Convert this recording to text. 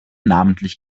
namentlich